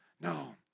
No